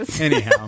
Anyhow